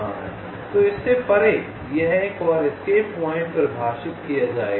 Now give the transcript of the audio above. तो इससे परे यह एक और एस्केप पॉइंट परिभाषित किया जाएगा